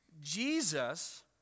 Jesus